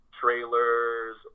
trailers